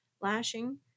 lashing